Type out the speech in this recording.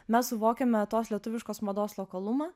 mes suvokiame tos lietuviškos mados lokalumą